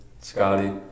Scotty